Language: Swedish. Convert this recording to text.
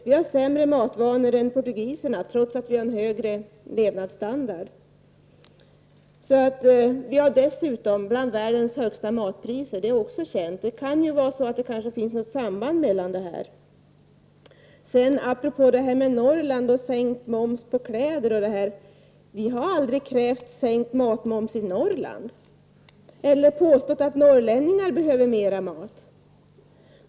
Vi har sämre matvanor än portugiserna, trots att vi har högre levnadsstandard. Vi har dessutom matpriser som tillhör de högsta i världen. Det är också känt. Det finns kanske något samband mellan dessa två ting. Apropå talet om sänkt moms på kläder i Norrland: Vi har aldrig krävt sänkt matmoms i Norrland eller påstått att Norrland behöver mer mat.